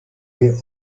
les